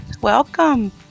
welcome